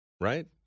right